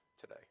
today